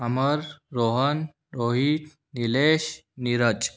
Amar Rohan Rohit Nilesh Neeraj